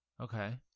Okay